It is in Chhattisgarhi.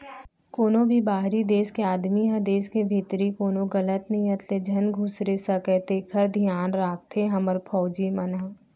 कोनों भी बाहिरी देस के आदमी ह देस के भीतरी कोनो गलत नियत ले झन खुसरे सकय तेकर धियान राखथे हमर फौजी मन ह